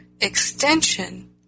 Extension